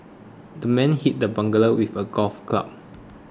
the man hit the burglar with a golf club